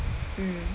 mm